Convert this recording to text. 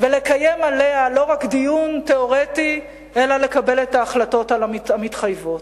ולקיים עליה לא רק דיון תיאורטי אלא לקבל את ההחלטות המתחייבות.